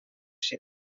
sil